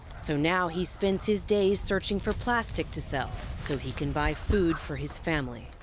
so now, he spends his days searching for plastic to sell so he can buy food for his family.